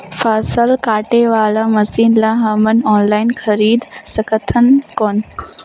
फसल काटे वाला मशीन ला हमन ऑनलाइन खरीद सकथन कौन?